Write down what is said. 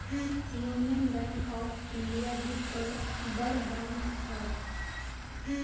union Bank of India भी बड़ bank हअ